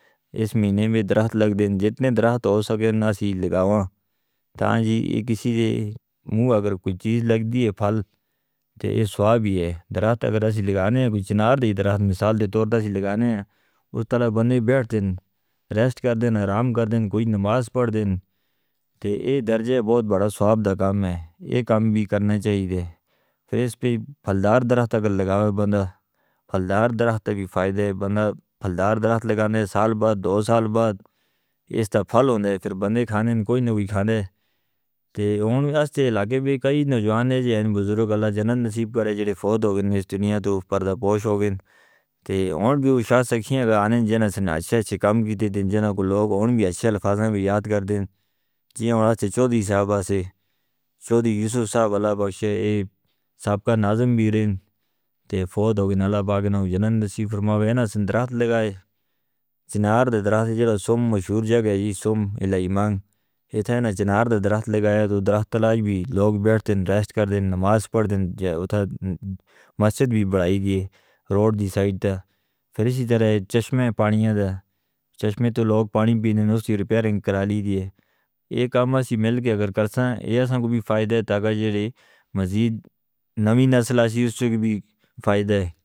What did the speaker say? اس مہینے میں درخت لگ دن جتنے درخت ہو سکتے ہیں نا اسی لگاویں تاں جی کسی دے موں اگر کوئی چیز لگ دی ہے پھل تو یہ سواب ہی ہے۔ درخت اگر اسی لگانے ہیں کوئی چنار دے درخت مثال دے طور پر اسی لگانے ہیں، اس تلے بندے بیٹھ دن، ریسٹ کر دن، آرام کر دن، کوئی نماز پڑھ دن تے یہ درجے بہت بڑا سواب دا کام ہے۔ یہ کام بھی کرنے چاہی دے۔ پھر اس پھلدار درخت اگر لگاوے بندہ، پھلدار درخت بھی فائدہ ہے۔ بندہ پھلدار درخت لگانے سال بعد، دو سال بعد اس دا پھل ہونے، پھر بندے کھانے کوئی نہیں کھانے تے ہون بھی اس تے لاغے بھی کئی نوجوان ہیں جن بزرگ اللہ جنت نصیب کرے جو فود ہو گئے ہیں اس دنیا تو پردہ پوش ہو گئے ہیں تے ہون بھی اچھا سکھی ہیں۔ گانے جنہیں سن اچھے اچھے کام کیتے دن، جنہیں کو لوگ ہون بھی اچھا الفاظاں بھی یاد کر دن۔ چیہاں ہون آج چودہ صحابہ سے چودہ یوسف صاحب اللہ بخشے، یہ سابقہ ناظم بھی رہے ہیں تے فوت ہو گئے ہیں۔ ناللہ باغنا ہو جنت نصیب فرمائے۔ نا سن درخت لگائے چنار دے درخت جنہاں سم مشہور جگہ ہے جی سم الہیمان اتھے نا چنار دے درخت لگائے تو درخت تلاج بھی لوگ بیٹھ دن، ریسٹ کر دن، نماز پڑھ دن یا اتھا مسجد بھی بڑی ہے روڈ دی سائٹ دا۔ پھر اسی طرح چشمیں پانیوں دا، چشمیں تو لوگ پانی پینے نے، اس کی ریپیرنگ کرا لی دی ہے۔ یہ کام ہم اس سے مل کے اگر کرساں، یہ اساں کو بھی فائدہ ہے تا کہ جو مزید نوی نسل آسئی اس سے بھی فائدہ ہے.